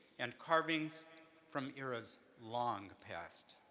and carvings from eras long past.